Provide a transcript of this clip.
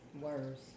Worse